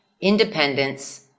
independence